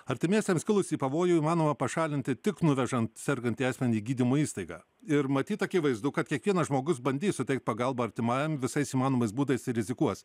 artimiesiems kilusį pavojų įmanoma pašalinti tik nuvežant sergantį asmenį į gydymo įstaigą ir matyt akivaizdu kad kiekvienas žmogus bandys suteikt pagalbą artimajam visais įmanomais būdais ir rizikuos